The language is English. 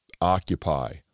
Occupy